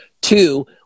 Two